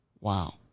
wow